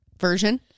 version